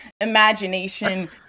imagination